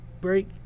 break